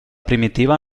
primitiva